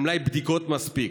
על מלאי בדיקות מספיק.